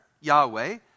Yahweh